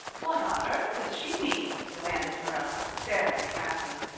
what on earth does she mean? demanded marilla, staring at matthew.